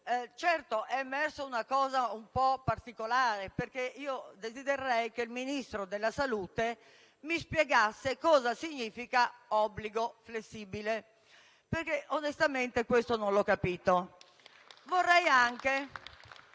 Certo, è emersa una cosa un po' particolare. Desidererei che il Ministro della salute mi spiegasse cosa significa «obbligo flessibile», perché, onestamente, non l'ho capito *(Applausi